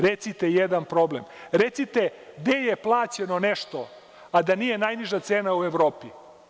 Recite jedan problem, recite gde je plaćeno nešto, a da nije najniža cena u Evropi.